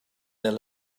their